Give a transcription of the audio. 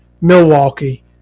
Milwaukee